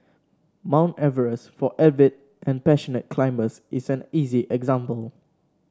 Mount Everest for avid and passionate climbers is an easy example